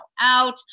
out